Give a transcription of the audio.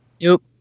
Nope